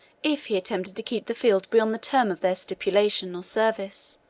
if he attempted to keep the field beyond the term of their stipulation or service.